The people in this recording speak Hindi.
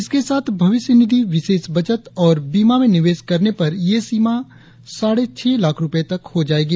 इसके साथ भविष्य निधि विशेष बचत और बीमा में निवेश करने पर ये सीमा साढ़े छह लाख रुपये तक हो जाएगी